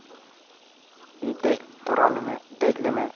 ᱫᱮᱡ ᱛᱚᱨᱟ ᱞᱮᱢᱮ ᱫᱮᱡ ᱞᱮᱢᱮ